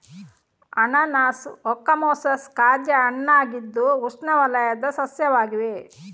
ಅನಾನಸ್ ಓಕಮೊಸಸ್ ಖಾದ್ಯ ಹಣ್ಣಾಗಿದ್ದು ಉಷ್ಣವಲಯದ ಸಸ್ಯವಾಗಿದೆ